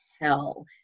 hell